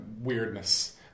weirdness